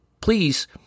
please